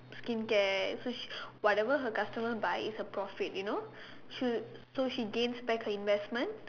skincare so she whatever her customer buy is a profit you know she so she gains back her investment